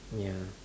ya